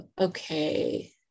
Okay